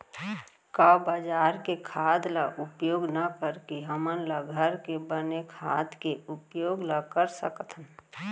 का बजार के खाद ला उपयोग न करके हमन ल घर के बने खाद के उपयोग ल कर सकथन?